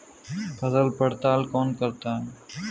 फसल पड़ताल कौन करता है?